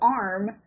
arm